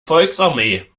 volksarmee